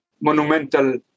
monumental